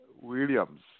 Williams